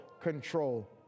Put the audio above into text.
control